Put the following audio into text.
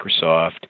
Microsoft